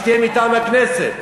שתהיה מטעם הכנסת.